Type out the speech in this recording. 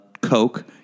coke